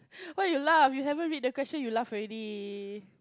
why you laugh you haven't read the question you laugh already